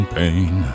pain